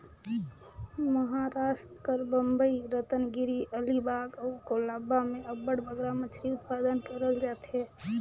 महारास्ट कर बंबई, रतनगिरी, अलीबाग अउ कोलाबा में अब्बड़ बगरा मछरी उत्पादन करल जाथे